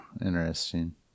interesting